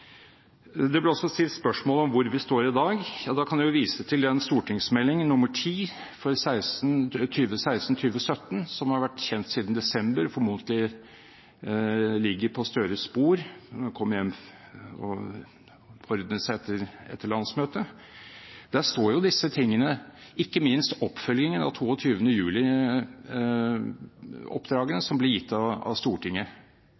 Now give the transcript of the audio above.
Det ble også stilt spørsmål om hvor vi står i dag. Da kan jeg vise til Meld. St. 10 for 2016–2017, som har vært kjent siden desember og formodentlig ligger på Støres bord når han er hjemme og har kommet seg i orden etter landsmøtet. Der står disse tingene, ikke minst oppfølgingen av